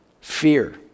fear